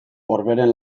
orberen